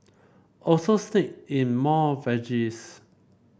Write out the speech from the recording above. also sneak in more veggies